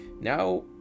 Now